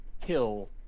kill